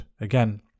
again